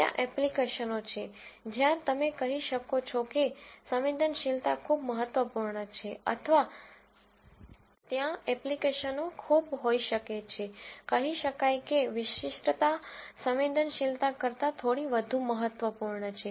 ત્યાં એપ્લિકેશનો છે જ્યાં તમે કહી શકો છો કે સંવેદનશીલતા ખૂબ મહત્વપૂર્ણ છે અથવા ત્યાં એપ્લિકેશનો ખૂબ હોઈ શકે છે કહી શકાય કે વિશિષ્ટતા સંવેદનશીલતા કરતાં થોડી વધુ મહત્વપૂર્ણ છે